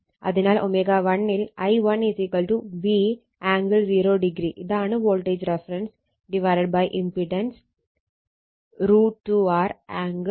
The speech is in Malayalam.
അതിനാൽ ω1 ൽ I1 V ആംഗിൾ 0° ഇതാണ് voltage reference impedance √ 2 R angle 45° എന്നാവും